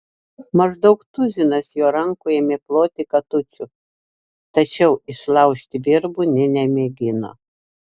maždaug tuzinas jo rankų ėmė ploti katučių tačiau išlaužti virbų nė nemėgino